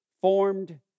formed